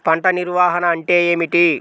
పంట నిర్వాహణ అంటే ఏమిటి?